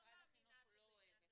לא, אבל משרד החינוך לא אוהב חקיקה.